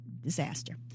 disaster